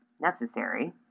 Necessary